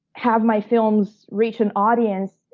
have my films reach an audience.